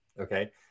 Okay